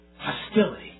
Hostility